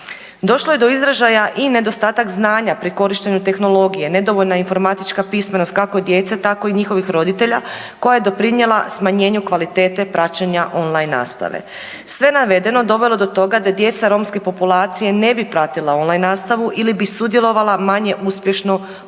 Došlo je do izražaja i nedostatak znanja pri korištenju tehnologija, nedovoljna informatička pismenost kako djece, tako i njihovih roditelja koja je doprinijela smanjenju kvalitete praćenja on line nastave. Sve navedeno dovelo je do toga da djeca romske populacije ne bi pratila on-line nastavu ili bi sudjelovala manje uspješno od